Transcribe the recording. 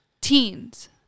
Teens